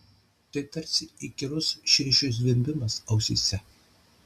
tai tarsi įkyrus širšių zvimbimas ausyse